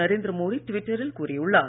நரேந்திர மோடி ட்விட்டரில் கூறியுள்ளார்